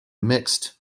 mixed